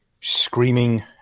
screaming